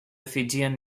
fijian